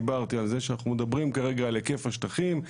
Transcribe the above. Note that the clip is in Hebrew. דיברתי על זה שאנחנו מדברים כרגע על היקף השטחים.